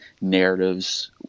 narratives